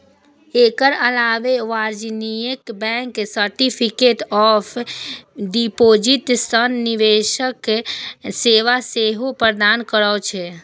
एकर अलावे वाणिज्यिक bank certificate of deposit सन निवेश सेवा सेहो प्रदान करै छै